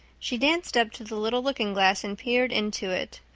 she danced up to the little looking-glass and peered into it.